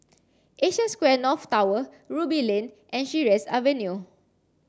Asia Square North Tower Ruby Lane and Sheares Avenue